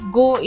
go